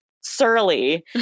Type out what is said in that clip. surly